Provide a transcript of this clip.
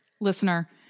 Listener